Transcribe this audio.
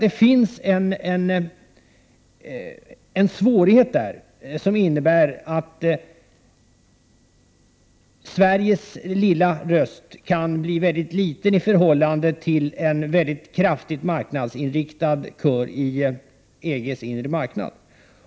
Det finns alltså en risk att Sveriges röst kan komma att bli mycket svag i förhållande till att en mycket marknadsinriktad kör i EG:s inre marknad.